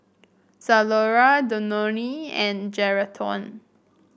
Zalora Danone and Geraldton